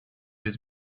his